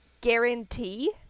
guarantee